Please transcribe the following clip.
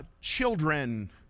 children